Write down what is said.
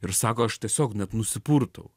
ir sako aš tiesiog net nusipurtau